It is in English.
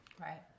Right